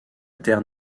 terre